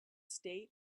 state